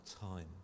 time